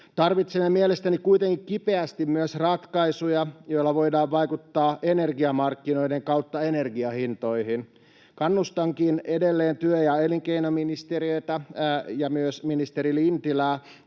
Tarvitsemme mielestäni kuitenkin kipeästi myös ratkaisuja, joilla voidaan vaikuttaa energiamarkkinoiden kautta energiahintoihin. Kannustankin edelleen työ- ja elinkeinoministeriötä ja myös ministeri Lintilää,